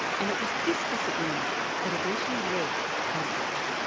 and it was this disagreement that eventually led to conflict.